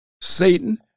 Satan